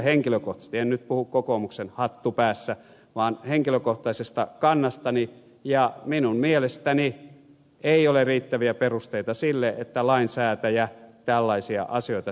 en nyt puhu kokoomuksen hattu päässä vaan henkilökohtaisesta kannastani ja minun mielestäni ei ole riittäviä perusteita sille että lainsäätäjä tällaisia asioita säätelee